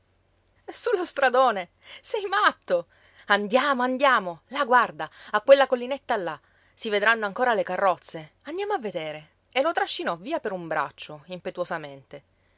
lo stradone sei matto andiamo andiamo là guarda a quella collinetta là si vedranno ancora le carrozze andiamo a vedere e lo trascinò via per un braccio impetuosamente